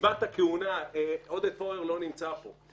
קציבת הכהונה עודד פורר לא נמצא פה.